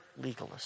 legalists